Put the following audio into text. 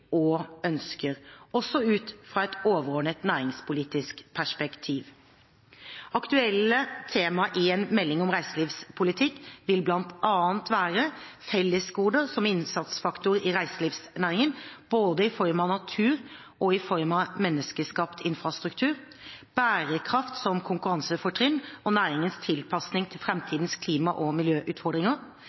og ønsker, også ut fra et overordnet næringspolitisk perspektiv. Aktuelle tema i en melding om reiselivspolitikk vil bl.a. være: fellesgoder som innsatsfaktor i reiselivsnæringen, både i form av natur og i form av menneskeskapt infrastruktur bærekraft som konkurransefortrinn og næringens tilpassing til framtidens klima- og miljøutfordringer